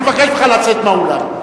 אני מבקש ממך לצאת מהאולם,